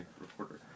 reporter